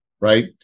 right